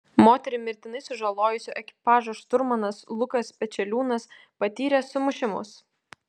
moterį mirtinai sužalojusio ekipažo šturmanas lukas pečeliūnas patyrė sumušimus